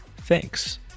Thanks